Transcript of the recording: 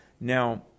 Now